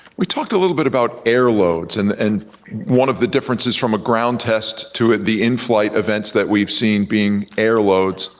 we talked a little bit about air loads, and and one of the differences from a ground test to the in-flight events that we've seen being air loads,